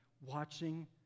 watching